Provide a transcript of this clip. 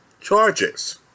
charges